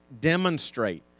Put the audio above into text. Demonstrate